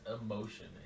emotion